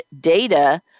data